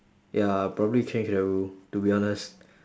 ya I'll probably change that rule to be honest